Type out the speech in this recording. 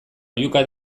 oihuka